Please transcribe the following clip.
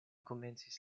komencis